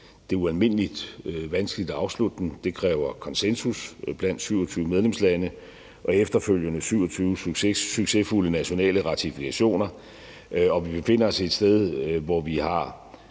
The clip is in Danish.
Det er ualmindelig vanskeligt at afslutte den. Det kræver konsensus blandt 27 medlemslande og efterfølgende 27 succesfulde nationale ratifikationer, og vi befinder os et sted, hvor vi har